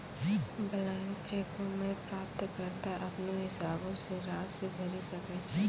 blank चेको मे प्राप्तकर्ता अपनो हिसाबो से राशि भरि सकै छै